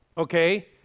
Okay